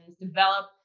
develop